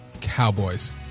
Cowboys